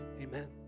Amen